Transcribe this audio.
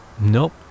Nope